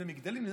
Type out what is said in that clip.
נבנה מגדלים.